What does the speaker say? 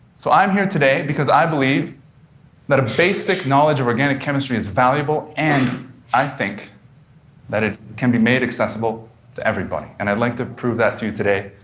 so i'm here today because i believe that a basic knowledge of organic chemistry is valuable, and i think that it can be made accessible to everybody, and i'd like to prove that to you today.